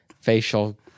facial